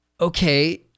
okay